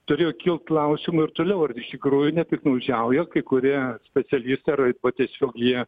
turėjo kilt klausimų ir toliau ar iš tikrųjų nepiktnaudžiauja kai kurie specialistai ar arba tiesiog jie